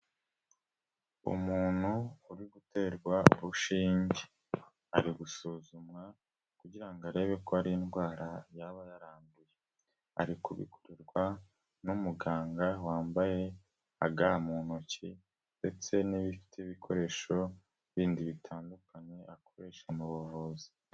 Umuntu uri guterwa urushinge, ari gusuzumwa kugira ngo arebe ko hari indwara yaba yaranduye, ari kubikorerwa n'umuganga, wambaye aga mu ntoki ndetse n'ibifite ibikoresho bindi bitandukanye, akoresha mu buvuzi.